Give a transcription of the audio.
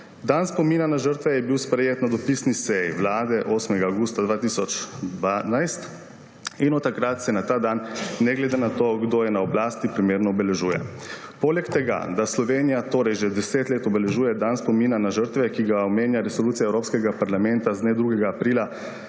Dan spomina na žrtve je bil sprejet na dopisni seji Vlade 8. avgusta 2012 in od takrat se ta dan ne glede na to, kdo je na oblasti, primerno obeležuje. Poleg tega, da Slovenija torej že 10 let obeležuje dan spomina na žrtve, ki ga omenja Resolucija Evropskega parlamenta z dne 2. aprila